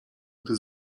gdy